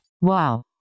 wow